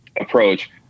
approach